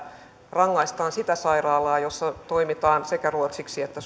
rangaistaan sitä sairaalaa jossa toimitaan sekä ruotsiksi että